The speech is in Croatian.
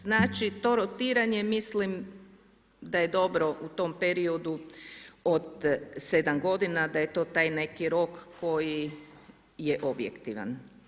Znači to rotiranje mislim da je dobro u tom periodu od 7 godina, da je to taj neki rok koji je objektivan.